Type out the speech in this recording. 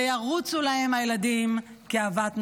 וירוצו להם הילדים כאוות נפשם.